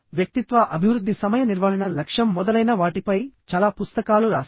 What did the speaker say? వ్యక్తిత్వ అభివృద్ధి సమయ నిర్వహణ లక్ష్యం మొదలైన వాటిపై చాలా పుస్తకాలు రాశారు